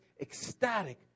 ecstatic